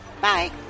Bye